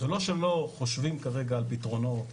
זה לא שלא חושבים כרגע על פתרונות.